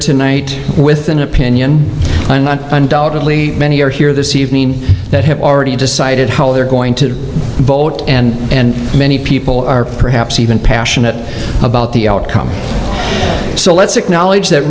tonight with an opinion undoubtedly many are here this evening that have already decided how they're going to vote and many people are perhaps even passionate about the outcome so let's acknowledge that